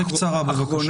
בקצרה, בבקשה.